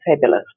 fabulous